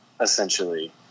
essentially